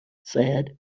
said